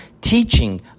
teaching